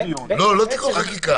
לא, לא תיקון חקיקה.